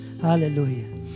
Hallelujah